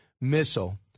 missile